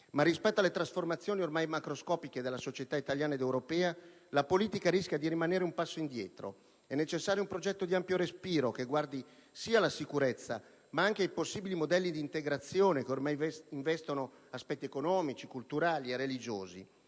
Ma, rispetto alle trasformazioni ormai macroscopiche della società italiana ed europea, la politica rischia di rimanere un passo indietro: è necessario un progetto di ampio respiro, che guardi sì alla sicurezza, ma anche ai possibili modelli di integrazione che ormai investono aspetti economici, culturali e religiosi.